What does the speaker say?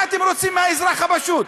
מה אתם רוצים מהאזרח הפשוט?